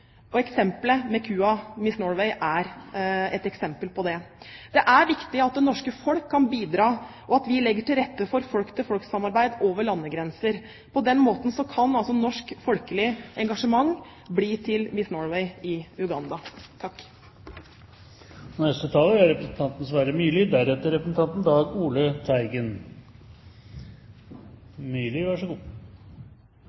og eksempelet med kua Miss Norway er et eksempel på det. Det er viktig at det norske folk kan bidra, og at vi legger til rette for folk-til-folk-samarbeid over landegrenser. På den måten kan altså norsk folkelig engasjement bli til Miss Norway i Uganda.